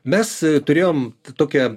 mes turėjom tokią